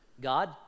God